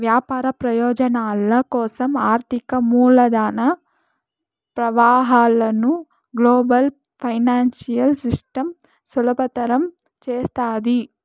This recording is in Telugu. వ్యాపార ప్రయోజనాల కోసం ఆర్థిక మూలధన ప్రవాహాలను గ్లోబల్ ఫైనాన్సియల్ సిస్టమ్ సులభతరం చేస్తాది